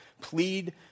plead